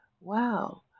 wow